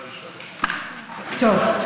טוב.